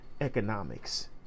economics